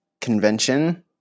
convention